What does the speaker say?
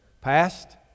past